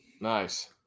Nice